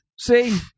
See